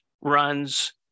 runs